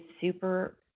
super